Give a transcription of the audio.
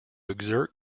exert